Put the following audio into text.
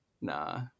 Nah